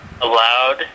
Allowed